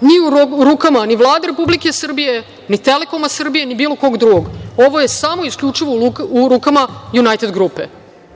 nije u rukama ni Vlade Republike Srbije, ni „Telekoma Srbije“, ni bilo koga drugog. Ovo je samo i isključivo u rukama „Junajted grupe“.